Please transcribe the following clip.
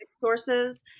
sources